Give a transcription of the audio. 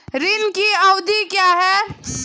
ऋण की अवधि क्या है?